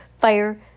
fire